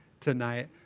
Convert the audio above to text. tonight